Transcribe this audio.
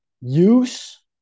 use